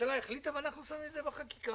הממשלה החליטה ואנחנו שמים את זה בחקיקה.